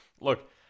look